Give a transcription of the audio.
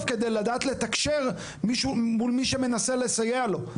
כדי לדעת לתקשר מול מי שמנסה לסייע לו.